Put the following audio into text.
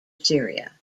syria